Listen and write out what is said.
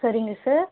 சரிங்க சார்